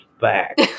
back